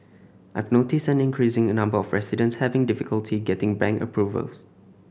I've noticed an increasing number of residents having difficulty getting bank approvals